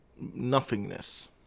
nothingness